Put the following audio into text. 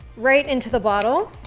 right into the bottle,